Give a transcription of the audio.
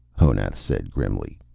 honath said grimly.